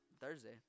Thursday